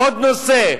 עוד נושא.